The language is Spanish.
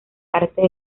artes